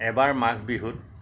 এবাৰ মাঘ বিহুত